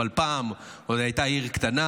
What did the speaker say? אבל פעם היא עוד הייתה עיר קטנה,